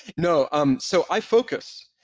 no. um so i focus.